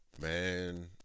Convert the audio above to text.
man